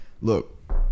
look